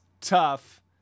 tough